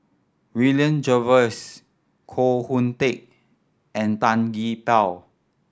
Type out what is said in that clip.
William Jervois Koh Hoon Teck and Tan Gee Paw